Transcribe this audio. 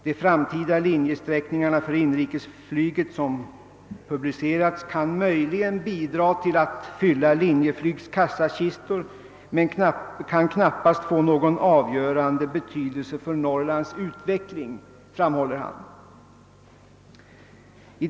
De framtida linjesträckningar för inrikesflyget som publicerats kan möjligen bidra till att fylla Linjeflygs kassakistor men kan knappast få någon avgörande effekt för Norrlands utveckling, framhåller direktör Sjöstedt.